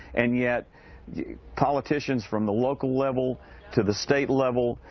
and yet politicians from the local level to the state level,